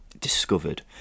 discovered